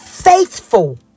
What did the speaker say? faithful